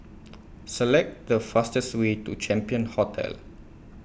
Select The fastest Way to Champion Hotel